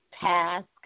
task